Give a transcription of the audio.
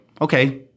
okay